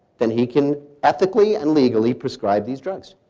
then he can ethically and legally prescribe these drugs.